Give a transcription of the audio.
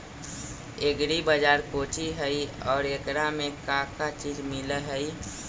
Agri बाजार कोची हई और एकरा में का का चीज मिलै हई?